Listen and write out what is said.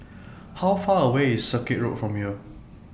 How Far away IS Circuit Road from here